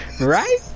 Right